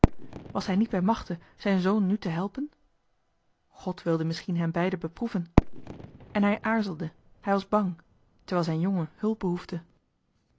was hij niet bij machte zijn zoon nu te helpen god wilde misschien hen beiden beproeven en hij aarzelde hij was bang terwijl zijn kind zijn hulp behoefde